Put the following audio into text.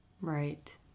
Right